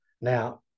Now